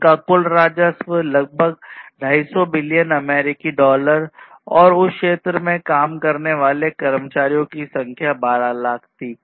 उनका कुल राजस्व लगभग 250 बिलियन अमेरिकी डॉलर और उस क्षेत्र में काम करने वाले कर्मचारियों की संख्या 12 लाख थी